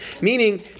meaning